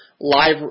live